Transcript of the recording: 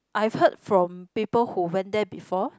I've heard from people who went there before